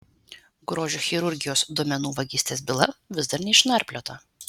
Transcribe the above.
grožio chirurgijos duomenų vagystės byla vis dar neišnarpliota